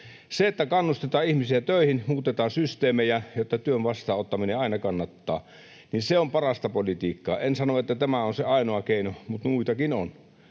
Se, että kannustetaan ihmisiä töihin, muutetaan systeemejä, jotta työn vastaanottaminen aina kannattaa, on parasta politiikkaa. En sano, että tämä on se ainoa keino, muitakin on,